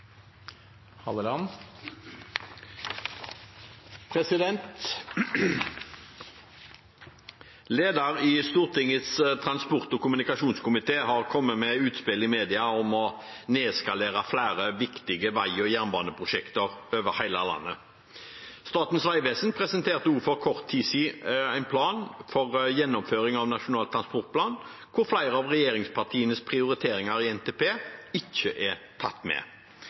i Stortingets transport- og kommunikasjonskomité har kommet med utspill i media om å nedskalere flere viktige vei- og jernbaneprosjekter over hele landet. Statens vegvesen presenterte også for kort tid siden sin plan for gjennomføring av Nasjonal transportplan, hvor flere av regjeringspartienes prioriteringer i NTP ikke er tatt med.